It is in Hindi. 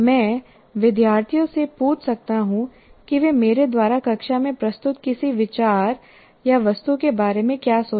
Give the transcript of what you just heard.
मैं विद्यार्थियों से पूछ सकता हूँ कि वे मेरे द्वारा कक्षा में प्रस्तुत किसी विचार या वस्तु के बारे में क्या सोचते हैं